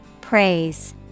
Praise